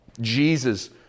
Jesus